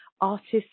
artists